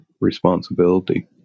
responsibility